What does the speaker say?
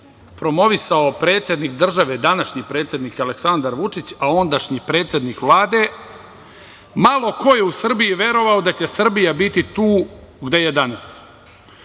promovisao predsednik države, današnji predsednik Aleksandar Vučić, a ondašnji predsednik Vlade, malo ko je u Srbiji verovao da će Srbija biti tu gde je danas.